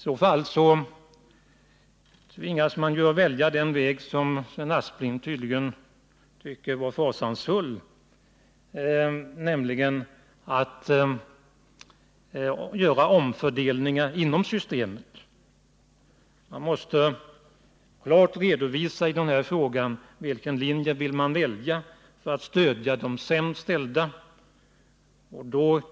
Då tvingas ju utredningen att välja den väg som herr Aspling tydligen tyckte var fasansfull, nämligen att göra omfördelningar inom systemet. Man måste i denna fråga klart redovisa vilken linje man vill välja för att stödja de sämst ställda.